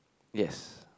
yes